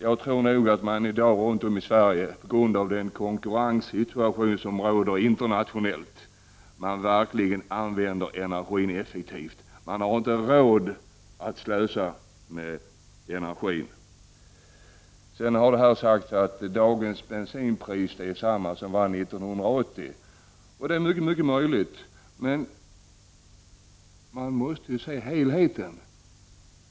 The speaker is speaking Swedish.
Jag tror nog att man runt om i Sverige i dag till följd av den konkurrens som råder på det internationella planet verkligen använder energin effektivt. Man har inte råd att slösa med energi. Det har här sagts att dagens bensinpris är detsamma som 1980. Det är mycket möjligt. Men man måste se helheten.